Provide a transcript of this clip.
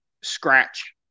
scratch